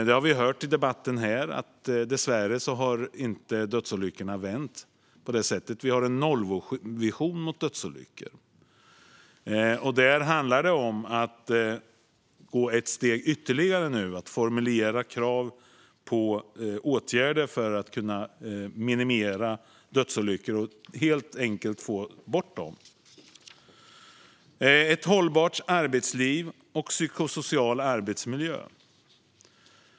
Vi har hört i debatten här att det dessvärre inte har vänt på det sättet i fråga om dödsolyckorna. Vi har en nollvision i fråga om dödsolyckor. Där handlar det om att nu gå ett steg ytterligare och att formulera krav på åtgärder för att vi ska kunna minimera dödsolyckorna och helt enkelt få bort dem. Det handlar också om ett hållbart arbetsliv och om psykosocial arbetsmiljö.